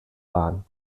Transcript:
waren